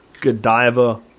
Godiva